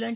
लं